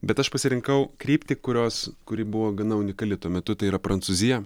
bet aš pasirinkau kryptį kurios kuri buvo gana unikali tuo metu tai yra prancūziją